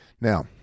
Now